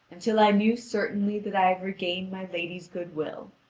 until i knew certainly that i had regained my lady's good-will.